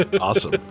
Awesome